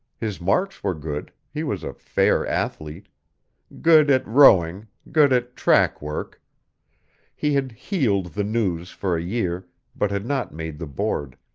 his marks were good, he was a fair athlete good at rowing, good at track work he had heeled the news for a year, but had not made the board.